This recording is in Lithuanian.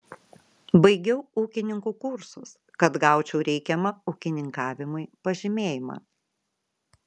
baigiau ūkininkų kursus kad gaučiau reikiamą ūkininkavimui pažymėjimą